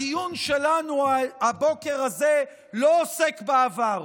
הדיון שלנו הבוקר הזה לא עוסק בעבר,